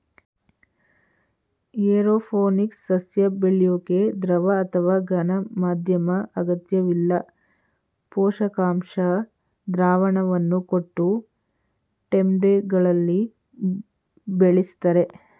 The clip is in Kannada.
ಏರೋಪೋನಿಕ್ಸ್ ಸಸ್ಯ ಬೆಳ್ಯೋಕೆ ದ್ರವ ಅಥವಾ ಘನ ಮಾಧ್ಯಮ ಅಗತ್ಯವಿಲ್ಲ ಪೋಷಕಾಂಶ ದ್ರಾವಣವನ್ನು ಕೊಟ್ಟು ಟೆಂಟ್ಬೆಗಳಲ್ಲಿ ಬೆಳಿಸ್ತರೆ